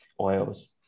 oils